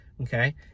Okay